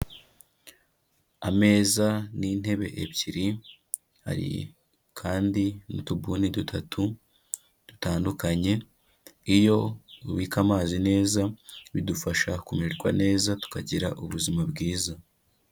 Ameza n'intebe ebyiri, hari kandi n'utubuni dutatu dutandukanye, iyo ubika amazi neza, bidufasha kumererwa neza tukagira ubuzima bwiza.